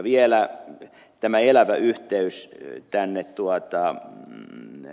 vielä tämä elävä yhteys tänne tuloa tähän minä